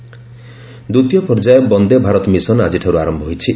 Vande Bharat mission ଦ୍ୱିତୀୟ ପର୍ଯ୍ୟାୟ Vande Bharat mission ଆକ୍ରିଠାରୁ ଆରମ୍ଭ ହୋଇଛି